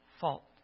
fault